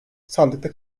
sandıkta